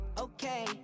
okay